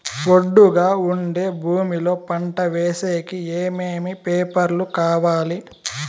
ఒట్టుగా ఉండే భూమి లో పంట వేసేకి ఏమేమి పేపర్లు కావాలి?